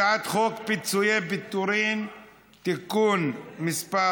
הצעת חוק פיצויי פיטורים (תיקון מס'